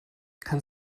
kann